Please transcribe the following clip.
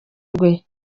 rwe